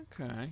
Okay